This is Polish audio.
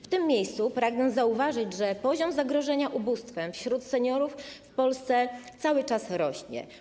W tym miejscu pragnę zauważyć, że poziom zagrożenia ubóstwem wśród seniorów w Polsce cały czas rośnie.